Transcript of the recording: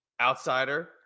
outsider